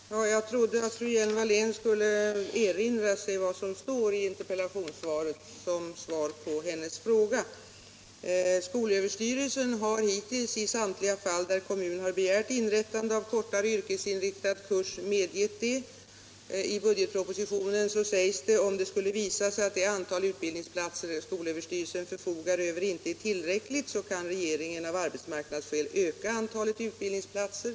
Nr 86 Herr talman! Jag trodde att fru Hjelm-Wallén skulle erinra sig vad Tisdagen den som står i interpellationssvaret som svar på hennes fråga. 15 mars 1977 Skolöverstyrelsen har hittills i samtliga fall där kommun begärt in= — rättande av kortare yrkesinriktad kurs medgivit det. I budgetproposi Om bättre samordtionen sägs att om det skulle visa sig att det antal utbildningsplatser = ning av resurserna som skolöverstyrelsen förfogar över inte är tillräckligt kan regeringen för utbildning och av arbetsmarknadsskäl öka antalet utbildningsplatser.